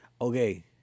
Okay